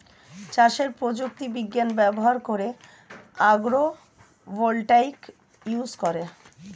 চাষে প্রযুক্তি বিজ্ঞান ব্যবহার করে আগ্রো ভোল্টাইক ইউজ করে